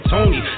Tony